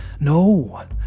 No